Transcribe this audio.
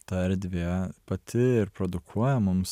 ta erdvė pati ir produkuoja mums